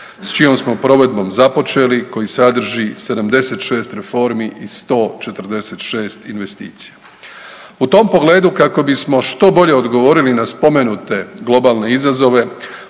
s čijom smo provedbom započeli, koji sadrži 76 reformi i 146 investicija. U tom pogledu kako bismo što bolje odgovorili na spomenute globalne izazove